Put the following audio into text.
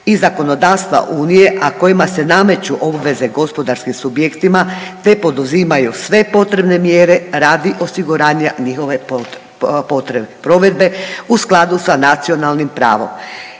i zakonodavstva unije, a kojima se nameću obveze gospodarskim subjektima, te poduzimaju sve potrebne mjere radi osiguranja njihove provedbe u skladu sa nacionalnim pravom,